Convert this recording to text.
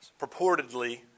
Purportedly